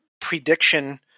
prediction